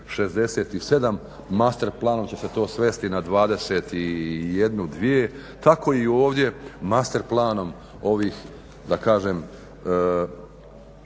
67 master planom će se to svesti na 21, 22. Tako i ovdje master planom ovih da kažem